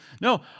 No